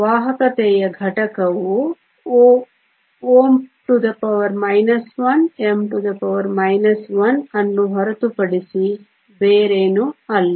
ವಾಹಕತೆಯ ಘಟಕವು Ω 1m 1 ಅನ್ನು ಹೊರತುಪಡಿಸಿ ಬೇರೇನೂ ಅಲ್ಲ